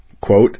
Quote